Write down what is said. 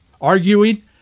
arguing